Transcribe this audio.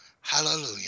Hallelujah